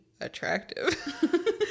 attractive